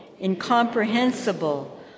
incomprehensible